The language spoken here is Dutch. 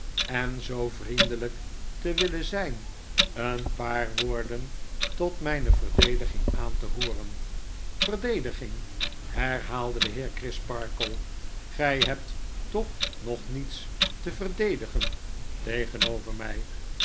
en zoo vriendelijk te willen zyn een paar woorden tot mijne verdediging aan te hooren verdediging herhaalde de heer crisparkle gy hebt toch nog niets te verdedigen tegenover my